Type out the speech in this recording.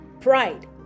Pride